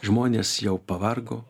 žmonės jau pavargo